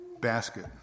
basket